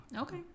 Okay